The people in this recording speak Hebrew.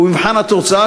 ובמבחן התוצאה,